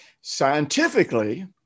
scientifically